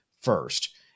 first